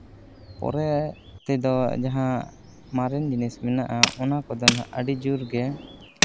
ᱯᱚᱨᱮ ᱛᱮᱫᱚ ᱡᱟᱦᱟᱸ ᱢᱟᱨᱮᱱ ᱡᱤᱱᱤᱥ ᱢᱮᱱᱟᱜᱼᱟ ᱚᱱᱟ ᱠᱚᱫᱚ ᱦᱟᱸᱜ ᱟᱹᱰᱤ ᱡᱳᱨ ᱜᱮ